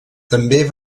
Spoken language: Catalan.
també